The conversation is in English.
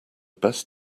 best